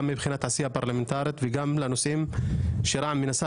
גם מבחינת עשייה פרלמנטרית וגם בנושאים שרע"מ מנסה